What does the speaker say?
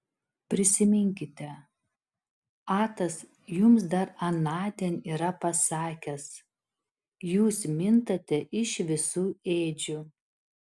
prisiminkite atas jums dar anądien yra pasakęs jūs mintate iš visų ėdžių